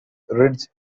ridge